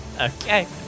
Okay